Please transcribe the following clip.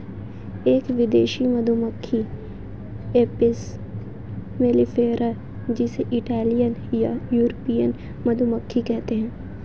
एक विदेशी मधुमक्खी एपिस मेलिफेरा जिसे इटालियन या यूरोपियन मधुमक्खी कहते है